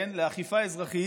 לאכיפה אזרחית.